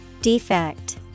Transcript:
Defect